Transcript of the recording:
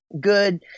good